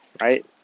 right